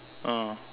ah